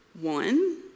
One